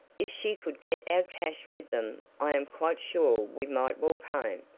if she could get our cash with them i am quite sure we might walk home,